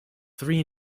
three